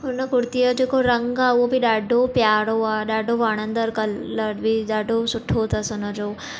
हुन कुर्तीअ जो जेको रंग आहे हूअ बि ॾाढो प्यारो आहे ॾाढो वणंदड़ कलर बि ॾाढो सुठी अथसि हुन जो